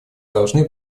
должны